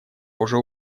уже